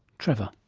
trevor.